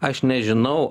aš nežinau